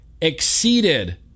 exceeded